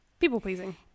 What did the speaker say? People-pleasing